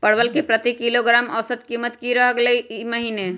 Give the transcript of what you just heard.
परवल के प्रति किलोग्राम औसत कीमत की रहलई र ई महीने?